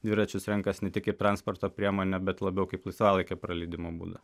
dviračius renkasi ne tik kaip transporto priemonę bet labiau kaip laisvalaikio praleidimo būdą